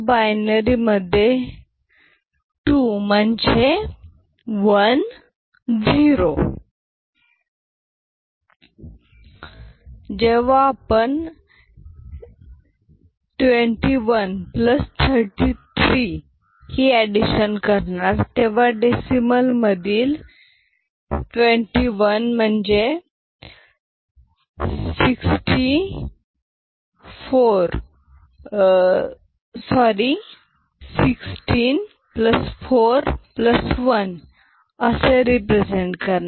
binary मध्ये two म्हणजे 1 0 000 011 1110 जेव्हा आपण 2133 अॅड करणार तेव्हा डेसिमल मधील 21 16 4 असे रेप्रेझन्ट करणार